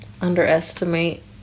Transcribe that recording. underestimate